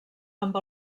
amb